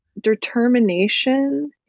determination